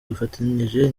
dufatanyije